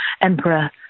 emperor